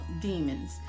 demons